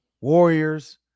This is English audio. Warriors